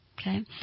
Okay